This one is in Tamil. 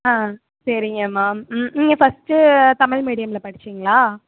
ஆ சரிங்கம்மா ம் நீங்கள் ஃபஸ்ட்டு தமிழ் மீடியமில் படிச்சீங்களா